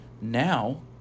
Now